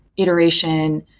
iteration,